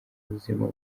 buzima